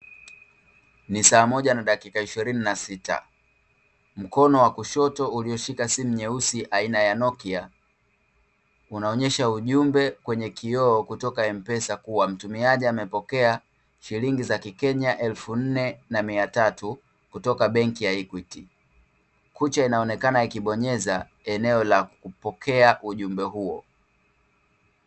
Ni saa moja na dakika ishirini na sita mkono wa kushoto ulioshika simu nyeusi aina ya nokia, unaonyesha ujumbe kwenye kioo kutoka mpesa. Kuwa mtumiaji amepokea shilingi za kikenya elfu nne na mia tatu kutoka benki ya equity kucha inaonekana ikibonyeza eneo la kupokea ujumbe huo.